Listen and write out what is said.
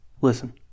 listen